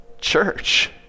church